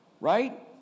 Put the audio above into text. Right